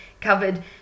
covered